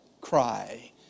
cry